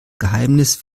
geheimnis